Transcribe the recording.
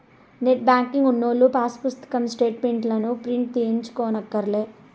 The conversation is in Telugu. నెట్ బ్యేంకింగు ఉన్నోల్లు పాసు పుస్తకం స్టేటు మెంట్లుని ప్రింటు తీయించుకోనక్కర్లే